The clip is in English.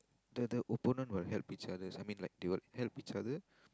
the the opponent will help each other I mean like they will help each other